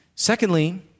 Secondly